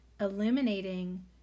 illuminating